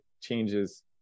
changes